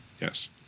Yes